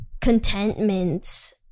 contentment